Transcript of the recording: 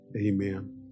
Amen